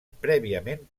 prèviament